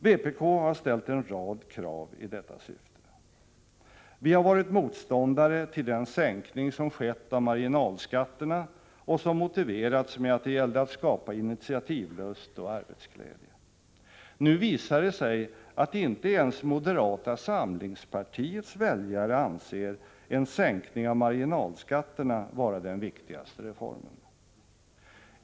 Vpk har ställt en rad krav i detta syfte. Vi har varit motståndare till den sänkning som skett av marginalskatterna och som motiverats med att det gällde att skapa initiatiylust och arbetsglädje. Nu visar det sig att inte ens moderata samlingpartiets väljare anser en sänkning av marginalskatterna vara den viktigaste reformen.